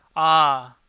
ah!